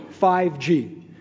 5G